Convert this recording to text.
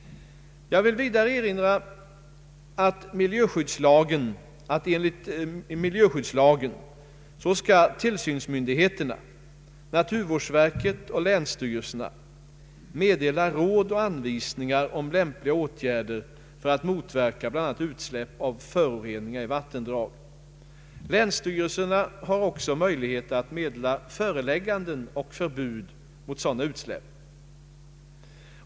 Jag vill vidare erinra att enligt miljöskyddslagen skall tillsynsmyndigheterna — naturvårdsverket och länsstyrelserna — meddela råd och anvisningar om lämpliga åtgärder för att motverka bl.a. utsläpp av föroreningar i vattendrag. Länsstyrelserna har också möjlighet att meddela förelägganden och förbud mot sådana utsläpp.